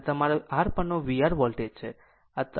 અને આ તમારી R પરનો vR વોલ્ટેજ છે